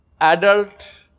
adult